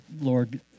Lord